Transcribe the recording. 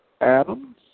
Adams